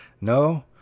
No